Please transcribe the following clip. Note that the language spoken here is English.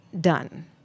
done